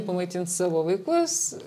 pamaitint savo vaikus